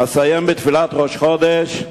אסיים בתפילת ראש חודש: